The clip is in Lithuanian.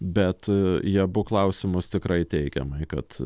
bet į abu klausimus tikrai teigiamai kad